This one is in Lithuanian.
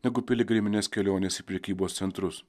negu piligriminės kelionės į prekybos centrus